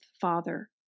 Father